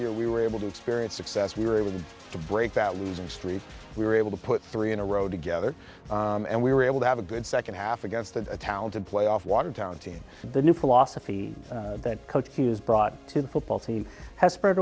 year we were able to experience success we were able to break that losing streak we were able to put three in a row together and we were able to have a good second half against a talented playoff watertown team and the new philosophy that he has brought to the football team has spread